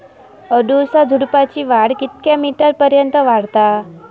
अडुळसा झुडूपाची वाढ कितक्या मीटर पर्यंत वाढता?